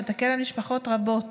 שתקל על משפחות רבות